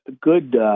good